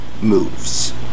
moves